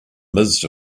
midst